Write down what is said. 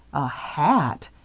a hat!